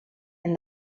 and